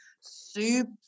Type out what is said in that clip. super